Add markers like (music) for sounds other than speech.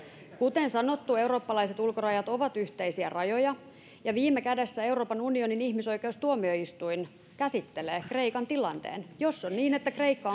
kuten sanottu eurooppalaiset ulkorajat ovat yhteisiä rajoja ja viime kädessä euroopan unionin ihmisoikeustuomioistuin käsittelee kreikan tilanteen jos on niin että kreikka (unintelligible)